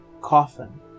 coffin